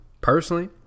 personally